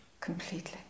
completely